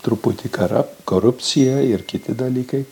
truputį karu korupcija ir kiti dalykai